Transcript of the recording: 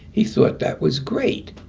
he thought that was great.